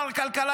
מר כלכלה,